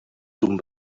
ton